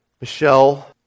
Michelle